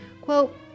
quote